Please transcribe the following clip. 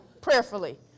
prayerfully